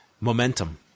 momentum